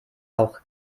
auch